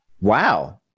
Wow